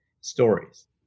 stories